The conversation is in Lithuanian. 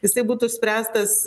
jisai būtų išspręstas